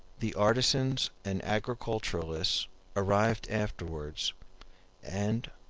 the artisans and agriculturists arrived afterwards and,